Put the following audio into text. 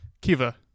Kiva